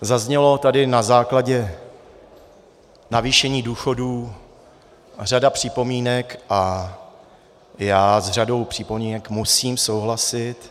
Zazněla tady na základě navýšení důchodů řada připomínek a já s řadou připomínek musím souhlasit.